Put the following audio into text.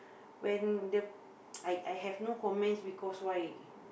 when the I I have no comments because why